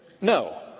No